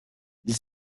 ils